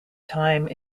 time